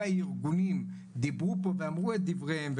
הארגונים דיברו פה ואמרו את דבריהם,